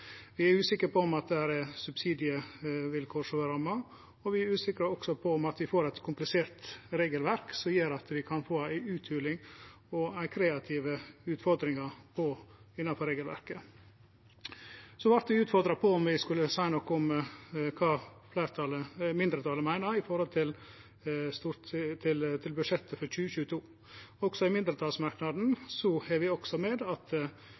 Vi er usikre på om det er subsidievilkår som er ramma, og vi er også usikre på om vi får eit komplisert regelverk som gjer at vi kan få ei utholing og kreative utfordringar innanfor regelverket. Så vart vi utfordra på å seie noko om kva mindretalet meiner om budsjettet for 2022. Også i mindretalsmerknaden har vi meint at vi skal seie noko om at vi forventar at regjeringa kjem med